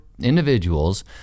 individuals